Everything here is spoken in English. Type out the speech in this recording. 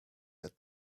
had